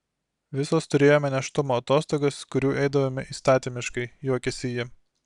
visos turėjome nėštumo atostogas kurių eidavome įstatymiškai juokėsi ji